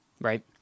right